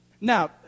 Now